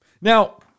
Now